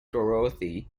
dorothy